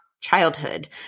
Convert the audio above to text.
childhood